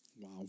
Wow